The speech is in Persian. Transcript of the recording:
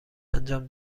انجام